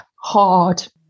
hard